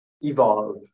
evolve